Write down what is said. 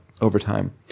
overtime